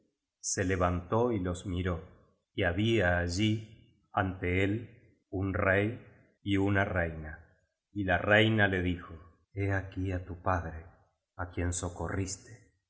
se levantó y los miró y había allí ante él un rey y una reina y la reina le dijo he aquí á tu padre á quien socorriste